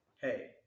hey